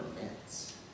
permits